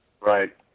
Right